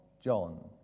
John